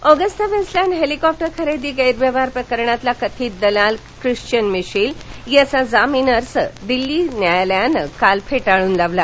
Michel Agusta Westland helicopter खरेदी गख्यिवहार प्रकरणातील कथित दलाल ख्रिस्तियन मिशेल याचा जामीन अर्ज दिल्ली न्यायालयानं काल फेटाळला